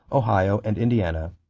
ohio, and indiana.